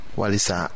walisa